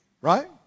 Right